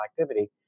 activity